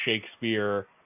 Shakespeare